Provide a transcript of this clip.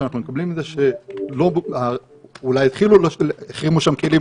שאנחנו מקבלים זה שאולי החרימו שם כלים,